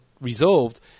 resolved